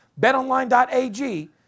BetOnline.ag